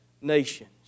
nations